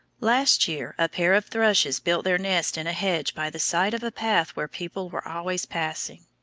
last year a pair of thrushes built their nest in a hedge by the side of a path where people were always passing.